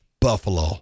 Buffalo